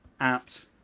apps